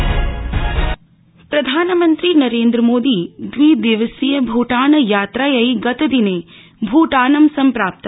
प्रधानमंत्री भुटान प्रधानमंत्री नरेन्द्रमोदी दविदिवसीय भूटान यात्रायै गतदिने भूटानं सम्प्राप्त